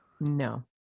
No